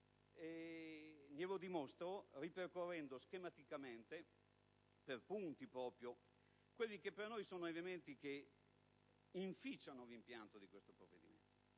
glielo dimostro ripercorrendo schematicamente per punti quelli che per noi sono elementi che inficiano l'impianto di questo provvedimento.